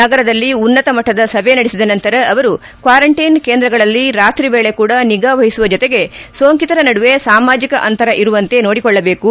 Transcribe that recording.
ನಗರದಲ್ಲಿ ಉನ್ನತ ಮಟ್ಟದ ಸಭೆ ನಡೆಸಿದ ನಂತರ ಅವರು ಕ್ನಾರಂಟ್ಲಿನ್ ಕೇಂದ್ರಗಳಲ್ಲಿ ರಾತ್ರಿ ವೇಳೆ ಕೂಡ ನಿಗಾ ವಹಿಸುವ ಜತೆಗೆ ಸೋಂಕಿತರ ನಡುವೆ ಸಾಮಾಜಿಕ ಅಂತರ ಇಇರುವಂತೆ ನೋಡಿಕೊಳ್ಳಬೇಕು